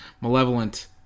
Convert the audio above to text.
malevolent